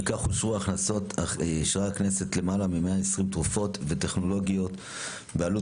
וכך אישרה הכנסת למעלה מ-120 תרופות וטכנולוגיות בעלות